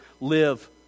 live